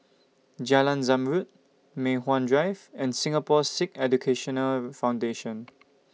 Jalan Zamrud Mei Hwan Drive and Singapore Sikh Education Foundation